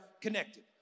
connected